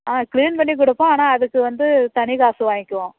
ஆ clean பண்ணி கொடுப்போம் ஆனால் அதுக்கு வந்து தனி காசு வாங்கிக்குவோம்